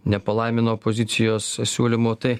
nepalaimino opozicijos siūlymų tai